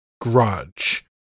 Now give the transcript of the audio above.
Grudge